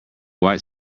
white